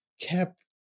kept